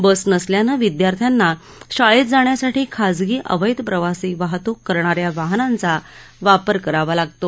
बस नसल्याने विदयार्थ्यांना शाळेत जाण्यासाठी खासगी अवैध प्रवासी वाहतूक करणाऱ्या वाहनांचा वापर करावा लागतो